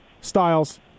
Styles